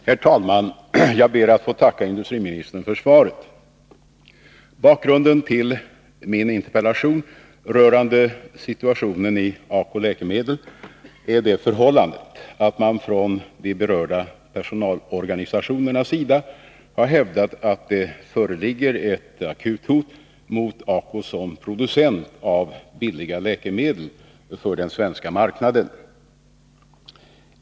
Herr talman! Jag ber att få tacka industriministern för svaret. Bakgrunden till min interpellation rörande situationen i ACO Läkemedel AB är det förhållandet att man från de berörda personalorganisationernas sida har hävdat att det föreligger ett akut hot mot ACO som producent av billiga läkemedel för den svenska marknaden.